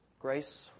Grace